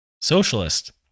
Socialist